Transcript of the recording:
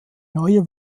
neue